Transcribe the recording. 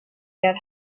get